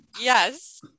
Yes